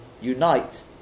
unite